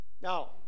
Now